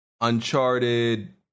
Uncharted